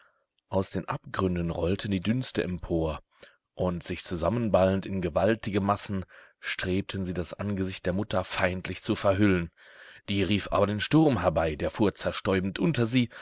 aus den abgründen rollten die dünste empor und sich zusammenballend in gewaltige massen strebten sie das angesicht der mutter feindlich zu verhüllen die rief aber den sturm herbei der fuhr zerstäubend unter sie